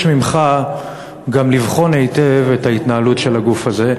ממך גם לבחון היטב את ההתנהלות של הגוף הזה,